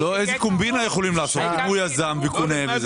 איזה קומבינה יכולים לעשות אם הוא יזם והוא קונה?